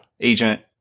agent